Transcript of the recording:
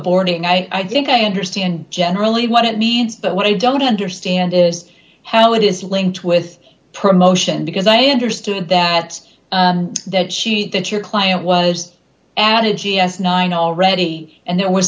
borning i think i understand generally what it means but what i don't understand is how it is linked with promotion because i understood that that she that your client was an a g s nine already and there was